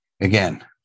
again